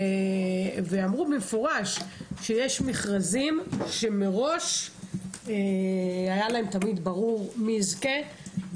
ואמרו במפורש שיש מכרזים שמראש היה להם תמיד ברור מי יזכה,